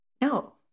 No